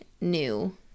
new